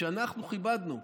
כשאנחנו כיבדנו.